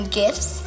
gifts